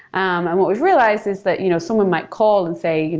um and what we've realized is that you know someone might call and say, you know